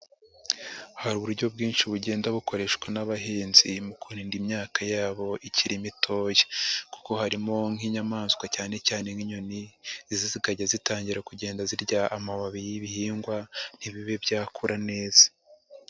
Hari uburyo bwinshi bugenda bukoreshwa n'abahinzi mu kurinda imyaka yabo ikiri mitoya. Kuko harimo nk'inyamaswa cyane cyane nk'inyoni, izi zikajya zitangira kugenda zirya amababi y'ibihingwa, ntibibe byakura neza.